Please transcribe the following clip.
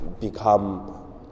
become